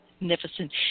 Magnificent